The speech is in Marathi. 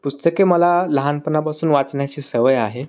पुस्तके मला लहानपणापासून वाचण्याची सवय आहे